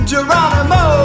Geronimo